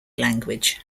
language